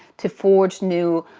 to forge new